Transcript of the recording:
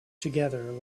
together